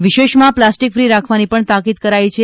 વિશેષમાં plastic free રાખવાની પણ તાકીદ કરાઇ છે